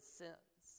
sins